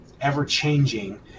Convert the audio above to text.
ever-changing